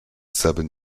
seven